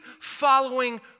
following